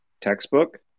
textbook